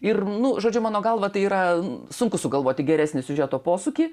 ir nu žodžiu mano galva tai yra sunku sugalvoti geresnį siužeto posūkį